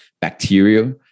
bacteria